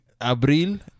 Abril